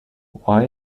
why